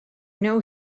know